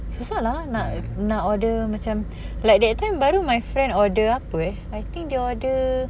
susah lah nak order macam like that time baru my friend order apa eh I think dia order